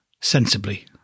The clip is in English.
sensibly